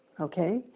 okay